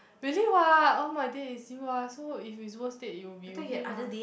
really [what] all my days you are so if it's worst day it will be with you lah